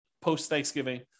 post-Thanksgiving